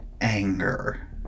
anger